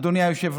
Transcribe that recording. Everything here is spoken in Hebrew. אדוני היושב-ראש.